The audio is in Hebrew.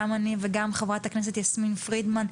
גם אני וגם חברת הכנסת יסמין פרידמן,